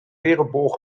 wereldbol